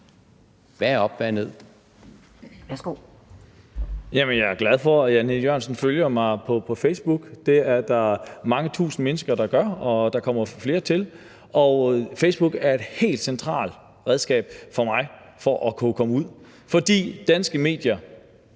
Lars Boje Mathiesen (NB): Jamen jeg er glad for, at Jan E. Jørgensen følger mig på Facebook. Det er der mange tusind mennesker, der gør, og der kommer flere til. Facebook er et helt centralt redskab for mig til at kunne komme ud med mine